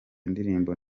indirimbo